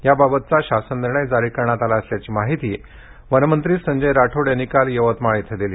याबाबतचा शासन निर्णय जारी करण्यात आला असल्याची माहिती वनमंत्री संजय राठोड यांनी काल यवतमाळ इथं दिली